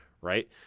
right